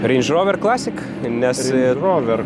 reiž rover klasika nes rover